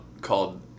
called